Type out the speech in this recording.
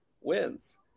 wins